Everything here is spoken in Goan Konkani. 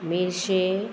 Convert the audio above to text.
मेर्शे